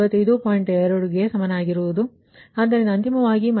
2 ಗೆ ಸಮಾನವಾಗಿರುತ್ತದೆ ಆದ್ದರಿಂದ ಅಂತಿಮವಾಗಿ −0